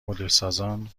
مدلسازان